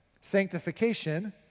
Sanctification